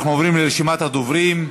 אנחנו עוברים לרשימת הדוברים.